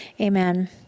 amen